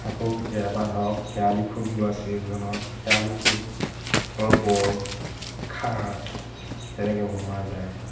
আকৌ কেতিয়াবা ধৰক শেৱালি ফুল ফুলা চীজনত শেৱালি ফুলৰ বৰ খাৰ তেনেকে বনোৱা যায়